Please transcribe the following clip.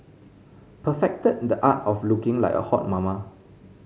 perfected the art of looking like a hot mama